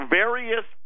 various